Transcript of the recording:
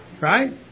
right